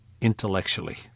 intellectually